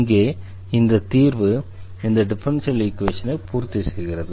இங்கே இந்த தீர்வு இந்த டிஃபரன்ஷியல் ஈக்வேஷனை பூர்த்தி செய்கிறது